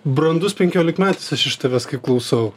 brandus penkiolikmetis aš iš tavęs kaip klausau